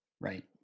right